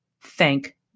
thank